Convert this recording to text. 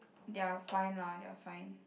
they are fine lah they are fine